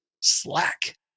Slack